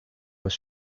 was